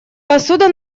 посуда